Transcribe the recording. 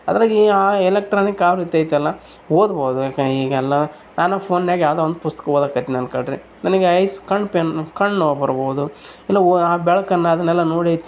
ಅದ್ರಗೆ ಆ ಎಲೆಕ್ಟ್ರಾನಿಕ್ ಆವೃತ್ತಿ ಇದ್ಯಲ್ಲ ಓದ್ಬೋದು ಈಗೆಲ್ಲ ನಾನು ಫೋನಾಗ್ ಯಾವುದೋ ಒಂದು ಪುಸ್ತಕ ಓದಕತ್ತೀನ್ ಅನ್ಕೊಳ್ರೀ ನನಗೆ ಐಸ್ ಕಣ್ಣು ಪೇಯ್ನ್ ಕಣ್ಣು ನೋವು ಬರ್ಬೋದು ಇಲ್ಲ ಬೆಳ್ಕನ್ನು ಅದ್ನೆಲ್ಲ ನೋಡಿ